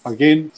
Again